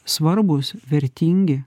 svarbūs vertingi